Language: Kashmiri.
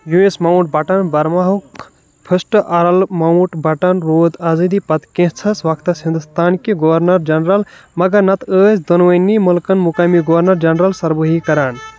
یویِس ماؤنٹ بٹن، برما ہُک فسٹ آرل ماؤنٹ بٹن روٗد آزٲدی پتہٕ كینژھس وقتس ہندوستانکہِ گورنر جنرل ، مگر نتہٕ ٲسۍ دۄنوٕنی مٗلكن مُقٲمی گورنر جنرل سربرٲہی كران